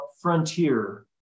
frontier